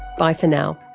bye for now